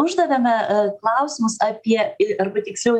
uždavėme klausimus apie arba tiksliau